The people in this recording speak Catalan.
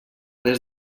des